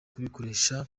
kubikoresha